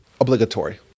obligatory